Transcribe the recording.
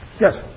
Yes